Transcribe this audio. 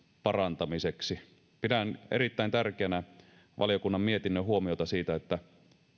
parantamiseksi pidän erittäin tärkeänä valiokunnan mietinnön huomiota siitä että